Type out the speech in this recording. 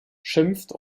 schimpft